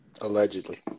allegedly